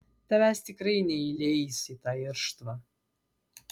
tavęs tikrai neįleis į tą irštvą